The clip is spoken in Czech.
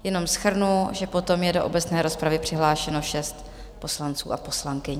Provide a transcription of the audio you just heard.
Jenom shrnu, že potom je do obecné rozpravy přihlášeno šest poslanců a poslankyň.